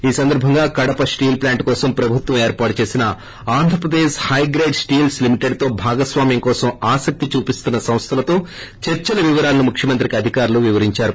ఈ సందర్భంగా కడప స్టీల్ప్లాంట్ కోసం ప్రభుత్వం ఏర్పాటు చేసిన ఆంధ్రప్రదేశ్ హైగ్రేడ్ స్టీల్స్ లిమిటెడ్తో భాగస్వామ్యం కోసం ఆసక్తి చూపిస్తున్న సంస్థలతో చర్చల వివరాలను్ ముఖ్యమంత్రికి అధికారులు వివరించారు